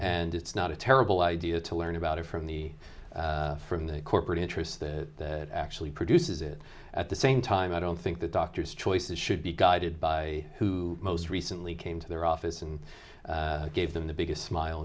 and it's not a terrible idea to learn about it from the from the corporate interests that actually produces it at the same time i don't think that doctors choices should be guided by who most recently came to their office and gave them the biggest smile